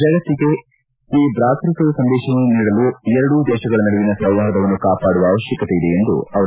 ಜಗತ್ತಿಗೆ ಈ ಭ್ರಾತೃತ್ವದ ಸಂದೇಶವನ್ನು ನೀಡಲು ಎರಡು ದೇಶಗಳ ನಡುವಿನ ಸೌಹಾರ್ದವನ್ನು ಕಾಪಾಡುವ ಅವಶ್ಯಕತೆ ಇದೆ ಎಂದರು